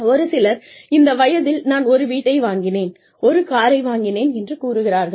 ஒரு சிலர் இந்த வயதில் நான் ஒரு வீட்டை வாங்கினேன் ஒரு காரை வாங்கினேன் என்று கூறுகிறார்கள்